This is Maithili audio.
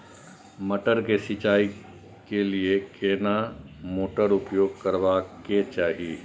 मटर के सिंचाई के लिये केना मोटर उपयोग करबा के चाही?